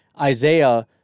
Isaiah